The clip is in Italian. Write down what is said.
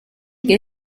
che